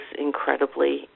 incredibly